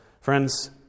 Friends